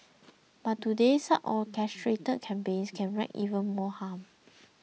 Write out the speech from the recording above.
but today such orchestrated campaigns can wreak even more harm